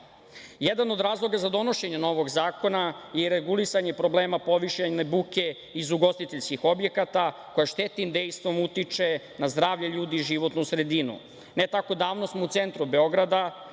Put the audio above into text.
od razloga za donošenje novog zakona i regulisanje problema povišene buke iz ugostiteljskih objekata koja štetnim dejstvom utiče na zdravlje ljudi i životnu sredinu. Ne tako davno smo u centru Beograda